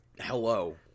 hello